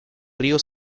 río